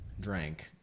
drank